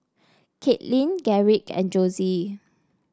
Kaitlin Garrick and Josie